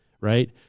Right